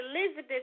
Elizabeth